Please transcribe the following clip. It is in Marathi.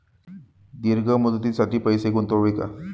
दीर्घ मुदतीसाठी पैसे गुंतवावे का?